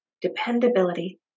Dependability